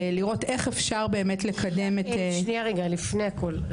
לראות איך אפשר באמת לקדם את --- רגע לפני הכול,